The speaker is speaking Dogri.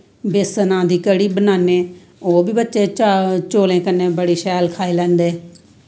बेलना दी कढ़ी बनान्ने ओह्बी बच्चे चौलें कन्नै बड़ी शैल खाई लैंदे